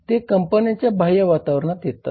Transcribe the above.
ते कंपन्यांच्या बाह्य वातावरणात येतात